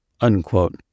Unquote